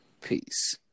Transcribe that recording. Peace